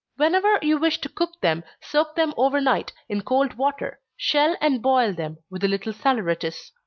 whenever you wish to cook them, soak them over night, in cold water shell and boil them, with a little saleratus.